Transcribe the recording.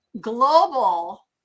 global